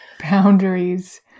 Boundaries